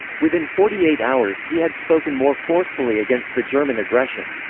within forty eight hours he had spoken more forcefully against the german aggression.